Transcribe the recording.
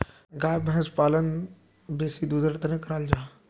गाय भैंस पालन बेसी दुधेर तंर कराल जाहा